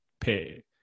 pay